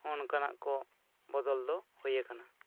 ᱦᱚᱸ ᱱᱚᱠᱟᱱᱟᱜ ᱠᱚ ᱵᱚᱫᱚᱞ ᱫᱚ ᱦᱳᱭ ᱟᱠᱟᱱᱟ